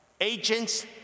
agents